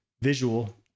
visual